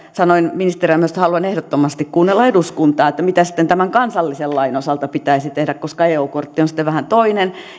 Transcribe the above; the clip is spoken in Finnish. sanoin ministerinä myös että haluan kuunnella eduskuntaa siinä mitä sitten tämän kansallisen lain osalta pitäisi tehdä koska eu kortti on vähän toinen